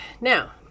now